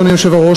אדוני היושב-ראש,